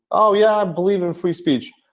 oh, yeah, i believe in free speech.